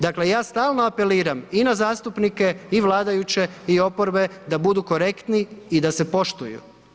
Dakle ja stalno apeliram i na zastupnike i Vladajuće i oporbe, da budu korektni i da se poštuju.